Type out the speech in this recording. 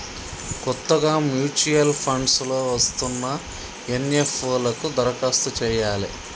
కొత్తగా mutual funds లో వస్తున్న ఎన్.ఎఫ్.ఓ లకు దరఖాస్తు చెయ్యాలే